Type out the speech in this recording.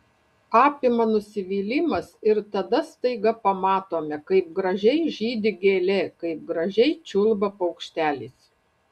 apima nusivylimas ir tada staiga pamatome kaip gražiai žydi gėlė kaip gražiai čiulba paukštelis